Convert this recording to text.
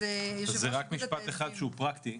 משפט אחד פרקטי.